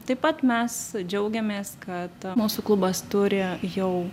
taip pat mes džiaugiamės kad mūsų klubas turi jau